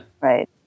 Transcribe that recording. Right